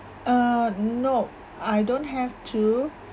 err nope I don't have to